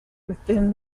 within